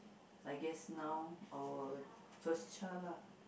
I guess now our first child lah